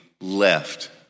left